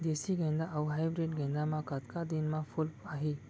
देसी गेंदा अऊ हाइब्रिड गेंदा म कतका दिन म फूल आही?